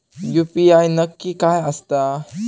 UPI नक्की काय आसता?